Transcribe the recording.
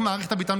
ההטבות,